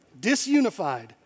disunified